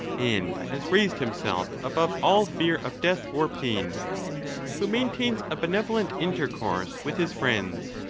and has raised himself above all fear of death or pain who maintains a benevolent intercourse with his friends,